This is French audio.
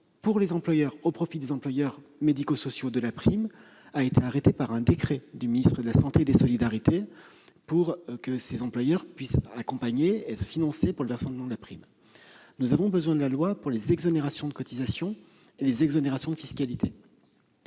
de la prime au profit des employeurs médico-sociaux a été arrêté par un arrêté du ministre de la santé et des solidarités, pour que les employeurs puissent être accompagnés dans le financement de la prime. Nous avons besoin de la loi pour les exonérations de cotisations et les exonérations de fiscalité.